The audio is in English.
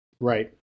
Right